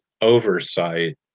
oversight